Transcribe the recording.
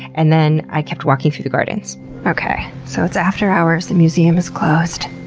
and then i kept walking through the gardens okay, so it's after hours, the museum is closed,